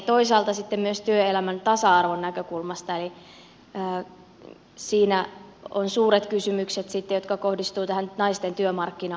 toisaalta sitten myös työelämän tasa arvon näkökulmasta siinä on suuret kysymykset jotka kohdistuvat tähän naisten työmarkkina asemaan